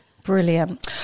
brilliant